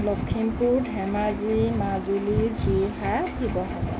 Lakhimpur Dhemaji Majuli Jorhat Sivasagar